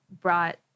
brought